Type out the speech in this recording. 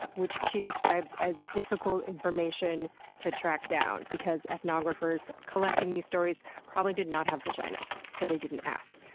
which she describes as, difficult information to track down, because ethnographers collecting these stories probably did not have vaginas, so they didn't ask.